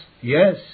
yes